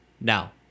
Now